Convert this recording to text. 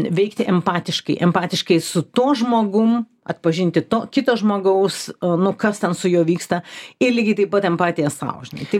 veikti empatiškai empatiškai su tuo žmogum atpažinti to kito žmogaus nu kas ten su juo vyksta ir lygiai taip pat empatija sau žinai tai